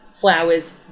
Flowers